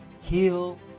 heal